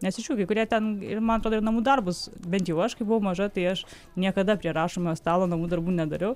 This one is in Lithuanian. nes iš jų kai kurie ten ir man atrodo ir namų darbus bent jau aš kai buvau maža tai aš niekada prie rašomojo stalo namų darbų nedariau